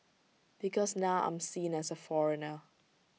because now I'm seen as A foreigner